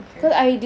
okay